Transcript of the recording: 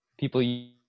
People